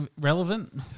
relevant